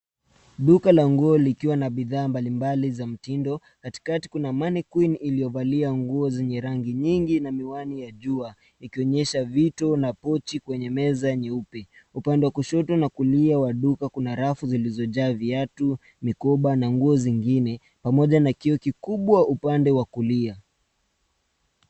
Duka la nguo likiwa na bidhaa mbalimbali za mtindo. Katikati kuna manekwin iliyovali nguo zenye rangi nyingi na miwani ya jua ikionyesha vito na pochi kwenye meza nyeupe. Upande wa kushoto na kulia wa duka kuna rafu zilizojaa viatu, mikoba na nguo zingine pamoja na kioo kikubwa upande wa kulia.